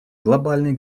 глобальной